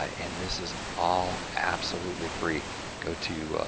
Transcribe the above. and this is all, absolutely free go to.